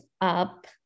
up